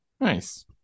Nice